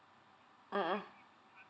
mmhmm